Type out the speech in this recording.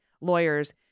lawyers